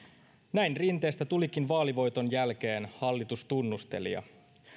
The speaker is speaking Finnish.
näin rinteestä tulikin vaalivoiton jälkeen hallitustunnustelija